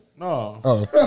No